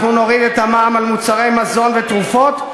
אנחנו נוריד את המע"מ על מוצרי מזון ותרופות,